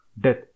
death